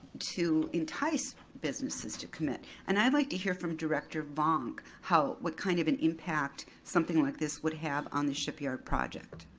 to entice businesses to commit. and i'd like to hear from director vonck what kind of an impact something like this would have on the shipyard project.